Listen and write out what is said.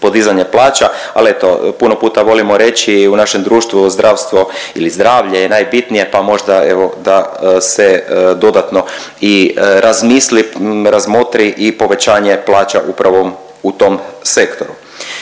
podizanje plaća, al eto puno puta volimo reći i u našem društvu zdravstvu ili zdravlje je najbitnije pa možda evo da se dodatno i razmisli, razmotri i povećanje plaća upravo u tom sektoru.